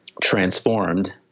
transformed